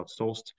outsourced